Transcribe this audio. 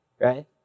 Right